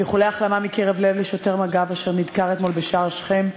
ואיחולי החלמה מקרב לב לשוטר מג"ב אשר נדקר אתמול בשער שכם,